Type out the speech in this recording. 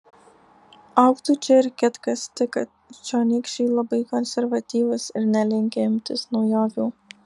augtų čia ir kitkas tik kad čionykščiai labai konservatyvūs ir nelinkę imtis naujovių